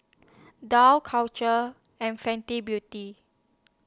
Dough Culture and Fenty Beauty